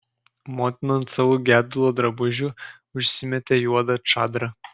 motina ant savo gedulo drabužių užsimetė juodą čadrą